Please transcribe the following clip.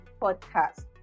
podcast